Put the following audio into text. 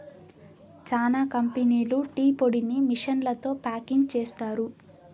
చానా కంపెనీలు టీ పొడిని మిషన్లతో ప్యాకింగ్ చేస్తారు